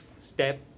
step